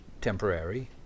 temporary